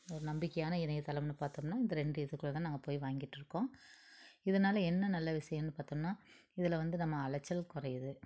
ஒரு நம்பிக்கையான இளையத்தளம்னு பார்த்தோம்னா இந்த ரெண்டு இதுக்குள்ளதான் நாங்கள் போய் வாங்கிட்டிருக்கோம் இதனால என்ன நல்ல விஷயம்னு பார்த்தோம்னா இதில் வந்து நம்ம அலைச்சல் குறையுது